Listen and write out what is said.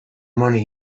money